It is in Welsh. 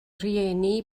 rieni